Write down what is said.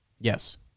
Yes